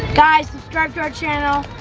guys, subscribe to our channel.